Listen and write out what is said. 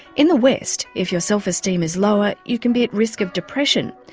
in the west, if your self-esteem is lower, you can be at risk of depression.